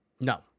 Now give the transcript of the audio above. No